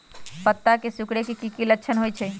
पत्ता के सिकुड़े के की लक्षण होइ छइ?